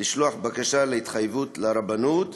לשלוח בקשה להתחייבות לרבנות,